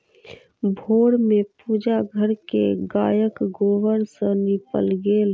भोर में पूजा घर के गायक गोबर सॅ नीपल गेल